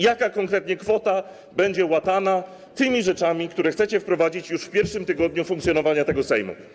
Jaka konkretnie kwota będzie łatana tymi rzeczami, które chcecie wprowadzić już w pierwszym tygodniu funkcjonowania tego Sejmu?